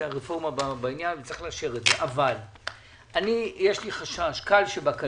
זה הרפורמה בעניין וצריך לאשר את זה אבל יש לי חשש קל שבקלים